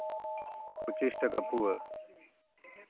ᱯᱚᱸᱪᱤᱥ ᱴᱟᱠᱟ ᱯᱩᱣᱟᱹ